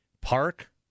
park